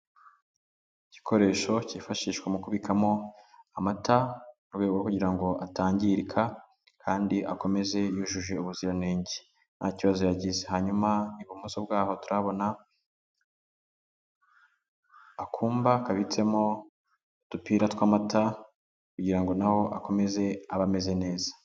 Igikoresho cyifashishwa mu kubikamo amata mu rwego rwo kugira ngo atangirika kandi akomeze yujuje ubuziranenge nta kibazo yagize, hanyuma ibumoso bwaho turabona akumba kabitsemo udupira tw'amata kugira ngo na ho akomeze abe ameze neza.